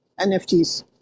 NFTs